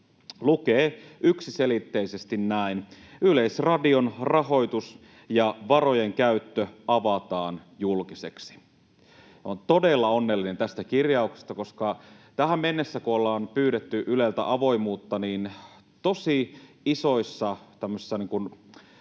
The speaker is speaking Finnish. lukee yksiselitteisesti näin: ”Yleisradion rahoitus ja varojen käyttö avataan julkiseksi.” Olen todella onnellinen tästä kirjauksesta, koska tähän mennessä, kun ollaan pyydetty Yleltä avoimuutta, tosi isoissa budjettimomenteissa